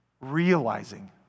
realizing